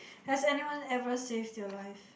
has anyone ever saved your life